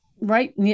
right